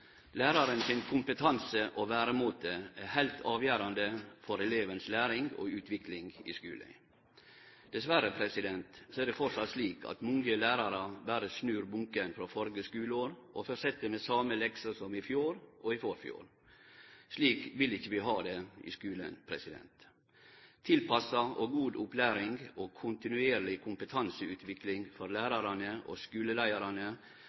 Læraren sin kompetanse og veremåte er heilt avgjerande for elevens læring og utvikling i skulen. Dessverre er det framleis slik at mange lærarar berre snur bunken frå førre skuleåret og fortset med same leksa som i fjor og forfjor. Slik vil ikkje vi ha det i skulen. Tilpassa og god opplæring og kontinuerleg kompetanseutvikling for lærarane og skuleleiarane